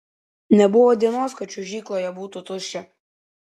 nebuvo dienos kad čiuožykloje būtų tuščia